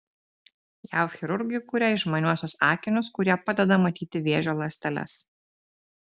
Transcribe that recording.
jav chirurgai kuria išmaniuosius akinius kurie padeda matyti vėžio ląsteles